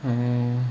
oh